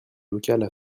locales